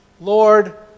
Lord